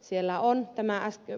siellä on tämä ed